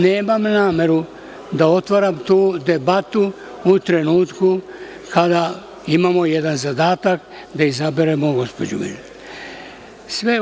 Nemam nameru da otvaram tu debatu, u trenutku kada imamo jedan zadatak da izaberemo gospođu Gojković.